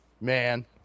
Man